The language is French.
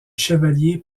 chevaliers